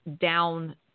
down